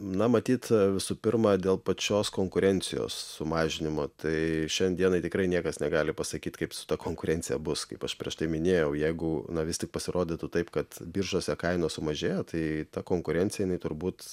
na matyt visų pirma dėl pačios konkurencijos sumažinimo tai šiandienai tikrai niekas negali pasakyt kaip su ta konkurencija bus kaip aš prieš tai minėjau jeigu na vis tik pasirodytų taip kad biržose kainos sumažėjo tai ta konkurencija turbūt